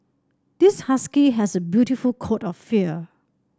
this husky has a beautiful coat of fur